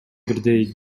бирдей